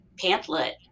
pamphlet